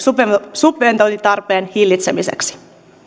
subventointitarpeen hillitsemiseksi